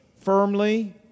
firmly